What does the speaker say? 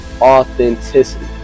authenticity